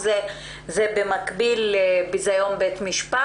במקביל לביזיון בית משפט?